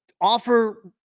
offer